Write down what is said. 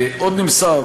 מי זה החצי?